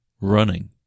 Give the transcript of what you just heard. running